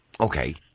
Okay